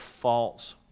false